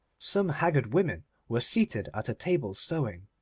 some haggard women were seated at a table sewing.